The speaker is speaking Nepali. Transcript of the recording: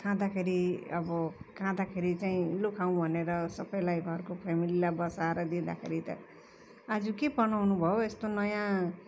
खाँदाखेरि अब खाँदाखेरि चाहिँ लु खाउँ भनेर सबैलाई घरको फेमेलीलाई बसाएर दिँदाखेरि त आज के बनाउनु भो हौ यस्तो नयाँ